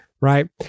right